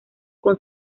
con